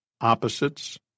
opposites